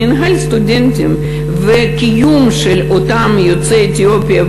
מינהל הסטודנטים ומלגות הקיום של אותם יוצאי אתיופיה,